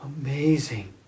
amazing